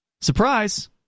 Surprise